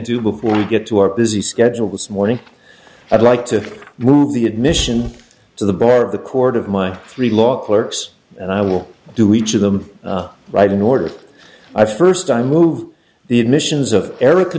to before we get to our busy schedule this morning i'd like to move the admission to the bar of the court of my three law clerks and i will do each of them right in order i first i move the admissions of erica